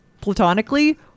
Platonically